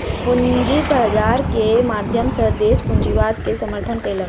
पूंजी बाजार के माध्यम सॅ देस पूंजीवाद के समर्थन केलक